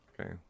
Okay